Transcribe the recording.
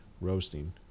roasting